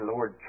Lord